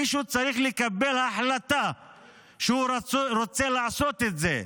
מישהו צריך לקבל החלטה שהוא רוצה לעשות את זה.